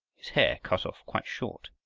his hair cut off quite short,